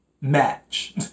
match